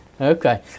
Okay